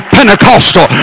Pentecostal